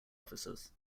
officers